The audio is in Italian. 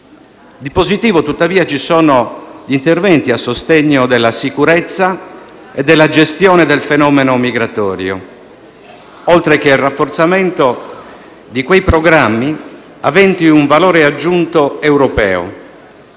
Di positivo, tuttavia, ci sono gli interventi a sostegno della sicurezza e della gestione del fenomeno migratorio, oltre che il rafforzamento di quei programmi aventi un valore aggiunto europeo,